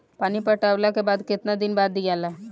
पानी पटवला के बाद केतना दिन खाद दियाला?